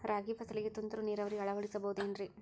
ರಾಗಿ ಫಸಲಿಗೆ ತುಂತುರು ನೇರಾವರಿ ಅಳವಡಿಸಬಹುದೇನ್ರಿ?